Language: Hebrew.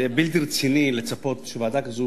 זה בלתי רציני לצפות שוועדה כזאת